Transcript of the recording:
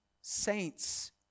saints